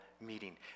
meeting